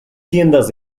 tiendas